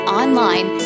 online